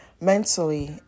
mentally